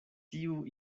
tiu